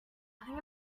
letting